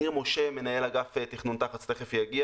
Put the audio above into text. ניר משה מנהל אגף תכנון תח"צ תכף יגיע